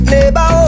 Neighbor